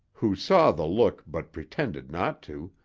who saw the look but pretended not to,